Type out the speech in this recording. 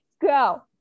go